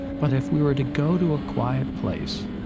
but if we were to go to a quiet place,